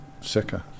sicker